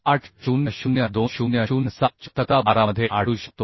800 2007 च्या तक्ता 12 मध्ये आढळू शकतो